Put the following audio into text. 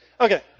Okay